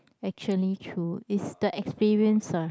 actually true is the experience ah